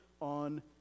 on